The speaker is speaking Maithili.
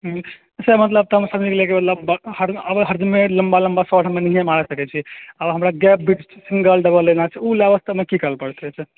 कुछे मतलब कम समय मिलै के मतलब ओवर हडिंग मे लम्बा लम्बा शोर्ट हम नहिये मारय सकै छियै और हमरा गैप बीच सिंगल डबल लै मे ओ लाबय सकै मे की करय पड़ै छै ओहि के